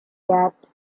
yet